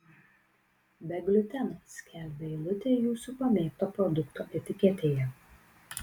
be gliuteno skelbia eilutė jūsų pamėgto produkto etiketėje